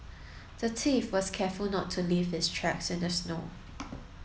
the thief was careful not to leave his tracks in the snow